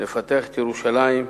לפתח את ירושלים,